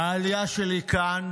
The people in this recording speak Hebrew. העלייה שלי לכאן